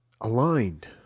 aligned